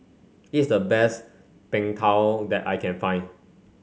is the best Png Tao that I can find